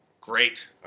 Great